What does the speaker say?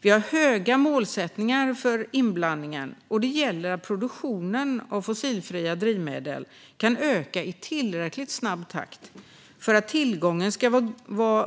Vi har höga målsättningar för inblandningen, och det gäller att produktionen av fossilfria drivmedel kan öka i tillräckligt snabb takt för att tillgången ska